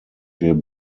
wir